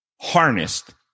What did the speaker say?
harnessed